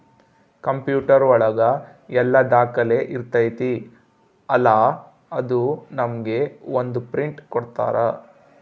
computer ಒಳಗ ಎಲ್ಲ ದಾಖಲೆ ಇರ್ತೈತಿ ಅಲಾ ಅದು ನಮ್ಗೆ ಒಂದ್ ಪ್ರಿಂಟ್ ಕೊಡ್ತಾರ